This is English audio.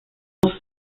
both